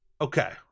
Okay